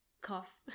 cough